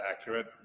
accurate